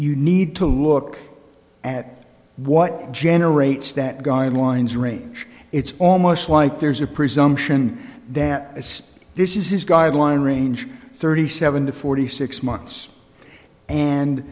you need to look at what generates that guidelines range it's almost like there's a presumption that as this is guideline range thirty seven to forty six months and